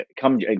come